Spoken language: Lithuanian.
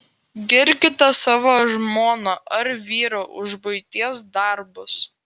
girkite savo žmoną ar vyrą už buities darbus